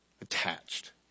attached